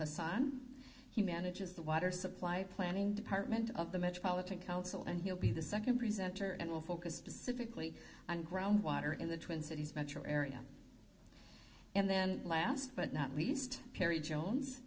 hassan he manages the water supply planning department of the metropolitan council and he'll be the second presenter and will focus specifically on groundwater in the twin cities metro area and then last but not least kerry jones